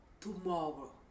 tomorrow